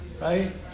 right